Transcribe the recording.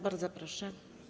Bardzo proszę.